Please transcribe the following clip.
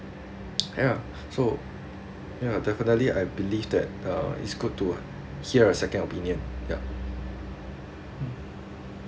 yeah so ya definitely I believe that uh is good to hear a second opinion ya